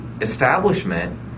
establishment